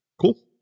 cool